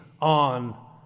on